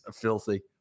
filthy